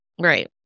Right